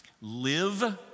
live